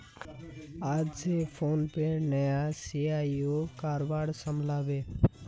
आइज स फोनपेर नया सी.ई.ओ कारभार संभला बे